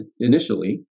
initially